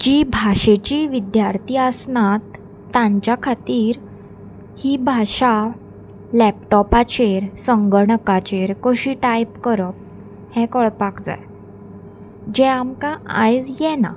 जी भाशेची विद्यार्थी आसनात तांच्या खातीर ही भाशा लॅपटॉपाचेर संगणकाचेर कशी टायप करप हें कळपाक जाय जे आमकां आयज येना